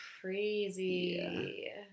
crazy